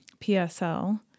PSL